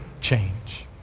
change